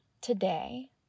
today